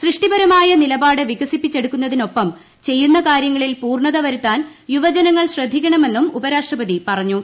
സൃഷ്ടിപരമായ നിലപാട് വികസിപ്പിച്ചെടുക്കുന്നതിന് ഒപ്പം ചെയ്യുന്ന കാര്യങ്ങളിൽ പൂർണത വരുത്താൻ യുവജനങ്ങൾ ശ്രദ്ധിക്കണമെന്നും ഉപരാഷ്ട്രപതി പറഞ്ഞു